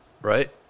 right